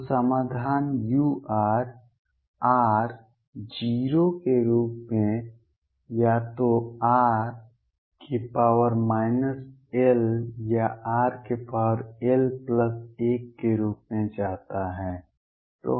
तो समाधान u r → 0 के रूप में या तो r l या rl1 के रूप में जाता है